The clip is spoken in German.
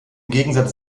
gegensatz